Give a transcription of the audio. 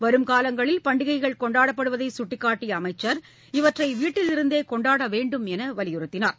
வருங்காலங்களில் பண்டிகைகள் கொண்டாடப்படுவதைசுட்டிக்காட்டிய அமைச்சர் இவற்றைவீட்டிலிருந்தேகொண்டாடவேண்டும் என்றும் வலியுறுத்தினார்